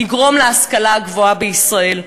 יגרום להשכלה הגבוהה בישראל.